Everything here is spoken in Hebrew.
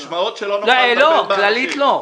המשמעות היא שלא נוכל לטפל בחולים.